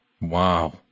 Wow